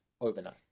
overnight